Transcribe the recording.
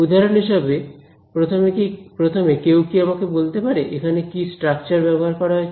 উদাহরণ হিসেবে প্রথমে কেউ কি আমায় বলতে পারে এখানে কি স্ট্রাকচার ব্যবহার করা হয়েছে